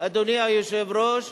אדוני היושב-ראש,